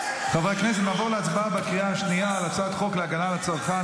נעבור להצבעה בקריאה השנייה על הצעת החוק להגנה על הצרכן